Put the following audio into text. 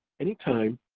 any time,